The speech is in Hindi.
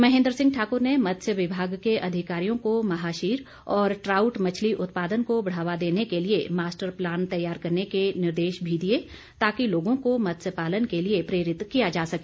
महेन्द्र सिंह ठाकुर ने मत्स्य विभाग के अधिकारियों को महाशीर और ट्राउट मछली उत्पादन को बढ़ावा देने के लिए मास्टर प्लान तैयार करने के निर्देश भी दिए ताकि लोगों को मत्स्य पालन के लिए प्रेरित किया जा सके